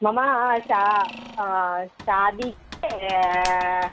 मम शा शादी